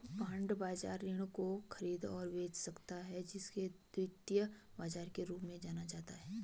bond बाजार ऋण को खरीद और बेच सकता है जिसे द्वितीयक बाजार के रूप में जाना जाता है